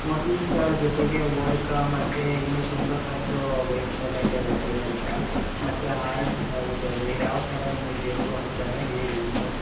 ಜೊತೆಗೆ ಓಡ್ಕಾ ಮತ್ತು ಇನ್ನು ತುಂಬ ಥರ್ದೂ ವೈನ್ಸ್ ಎಲ್ಲ ಇದ್ದಾವೆ ಬಿಯರೆಲ್ಲ ಮತ್ತು ಇದಾವೆ ಯಾವ ಥರ ನಿಮಗ್ ಬೇಕು ಅಂತೆಲ್ಲ ಹೇಳಿ ಇನ್ನು